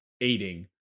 aiding